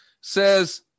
says